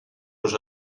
los